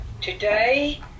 Today